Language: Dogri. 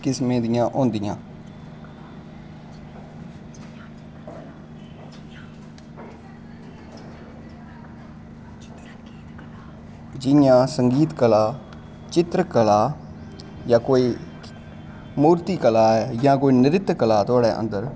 किस्में दियां होंदियां जियां संगीत कला चित्तर कला जां कोई मूर्ती कला जां नृत कला ऐ तोआड़े अन्गर